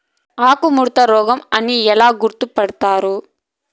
ఆకుముడత రోగం అని ఎలా గుర్తుపడతారు?